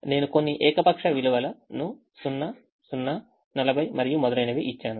నేను కొన్ని ఏకపక్ష విలువల ను 0 0 40 మరియు మొదలైనవి ఇచ్చాను